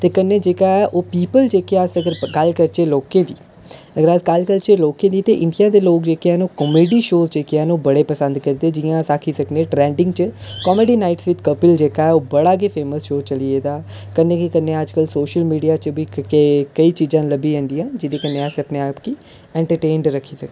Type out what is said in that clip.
ते कन्नै ऐ ओह् पीपुल जेह्के अस गल्ल करचै लोकें दी अगर अस गल्ल करचै लोकें दी ते इंडिया दे जेह्के लोक न ओह् कॉमेडी शो हैन ओह् बड़े पसंद करदे जि'यां अस आक्खी सकने ट्रैंडिग च कॉमेडी विच कपिल शो ऐ जेह्ड़ा ओह् बड़ा गै चली गेदा ऐ कन्नै गै कन्नै अजकल सोशल मीडिया च बी केईं चीजां लब्भी जंदियां न जेह्दे कन्नै अस एंटरटेन रक्खी सकने